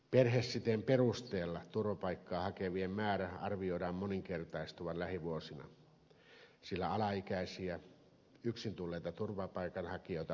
perhesiteen perusteella turvapaikkaa hakevien määrän arvioidaan moninkertaistuvan lähivuosina sillä yksin tulleita alaikäisiä turvapaikanhakijoita on paljon